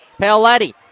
Paletti